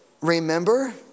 Remember